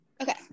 Okay